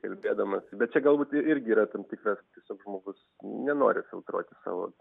kalbėdamas bet čia galbūt irgi yra tam tikras tiesiog žmogus nenori filtruoti savo